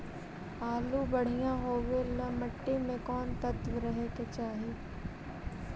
आलु बढ़िया होबे ल मट्टी में कोन तत्त्व रहे के चाही?